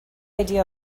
idea